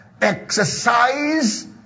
exercise